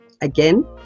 Again